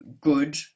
good